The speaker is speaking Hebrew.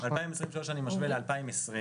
את 2023 אני משווה ל-2020.